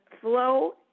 flow